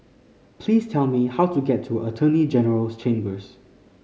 please tell me how to get to Attorney General's Chambers